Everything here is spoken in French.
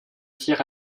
tir